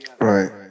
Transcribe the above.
Right